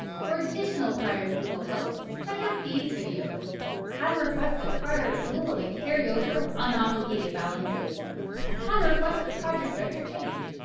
for additional prior approval help, check out these videos how to request a prior approval of a carryover of unobligated balances and how to request a project director change.